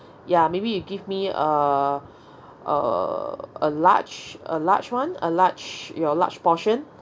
ya maybe you give me err err a large a large one a large your large portion